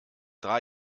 drei